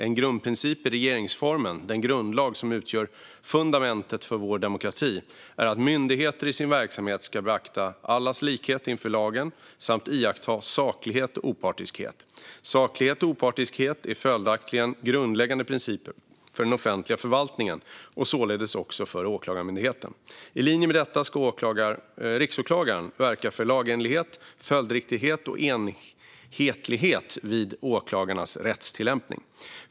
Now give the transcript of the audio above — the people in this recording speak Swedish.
En grundprincip i regeringsformen - den grundlag som utgör fundamentet för vår demokrati - är att myndigheter i sin verksamhet ska beakta allas likhet inför lagen samt iaktta saklighet och opartiskhet. Saklighet och opartiskhet är följaktligen grundläggande principer för den offentliga förvaltningen och således också för Åklagarmyndigheten. I linje med detta ska riksåklagaren verka för lagenlighet, följdriktighet och enhetlighet vid åklagarnas rättstillämpning.